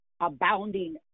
abounding